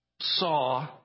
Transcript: saw